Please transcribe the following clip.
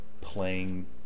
playing